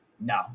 No